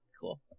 cool